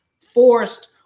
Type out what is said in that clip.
forced